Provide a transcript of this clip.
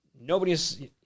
nobody's